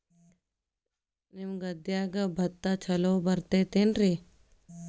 ನಿಮ್ಮ ಗದ್ಯಾಗ ಭತ್ತ ಛಲೋ ಬರ್ತೇತೇನ್ರಿ?